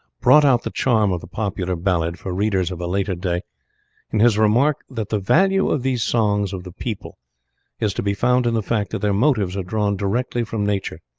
brought out the charm of the popular ballad for readers of a later day in his remark that the value of these songs of the people is to be found in the fact that their motives are drawn directly from nature